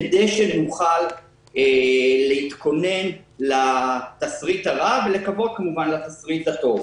כדי שנוכל להתכונן לתסריט הרע ולקוות כמובן לתסריט הטוב.